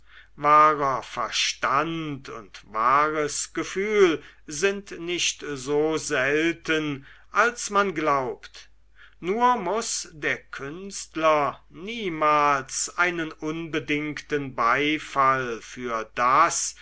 wahrer verstand und wahres gefühl sind nicht so selten als man glaubt nur muß der künstler niemals einen unbedingten beifall für das